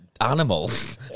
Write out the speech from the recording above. animals